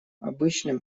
обычным